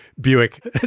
Buick